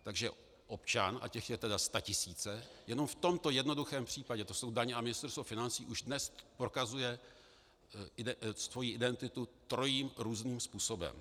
Takže občan, a těch jsou tedy statisíce, jenom v tomto jednoduchém případě, to jsou daně a Ministerstvo financí, už dnes prokazuje svoji identitu trojím různým způsobem.